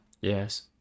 Yes